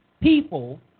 people